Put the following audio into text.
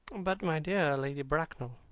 but my dear lady bracknell,